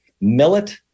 millet